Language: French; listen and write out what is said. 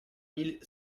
mille